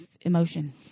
emotion